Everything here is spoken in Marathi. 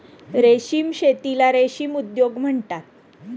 रेशीम शेतीला रेशीम उद्योग म्हणतात